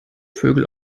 vögel